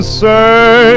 say